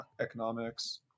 economics